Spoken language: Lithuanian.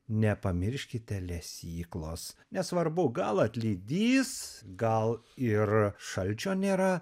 nepamirškite lesyklos nesvarbu gal atlydys gal ir šalčio nėra